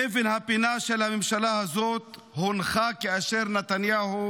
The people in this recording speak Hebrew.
אבן הפינה של הממשלה הזו הונחה כאשר נתניהו,